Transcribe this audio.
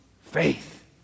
faith